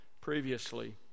previously